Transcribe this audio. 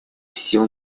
всем